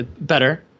Better